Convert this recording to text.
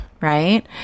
Right